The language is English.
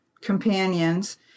companions